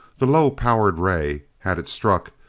the low-powered ray, had it struck,